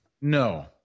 No